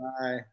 Bye